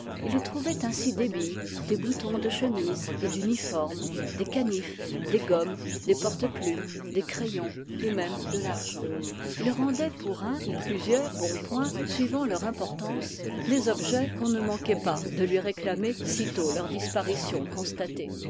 il trouvait ainsi des billes des boutons de chemise et d'uniforme des canifs des gommes des porte plume des crayons et même de l'argent il rendait pour un ou plusieurs bons points suivant leur importance les objets qu'on ne manquait pas de lui réclamer sitôt leur disparition constatée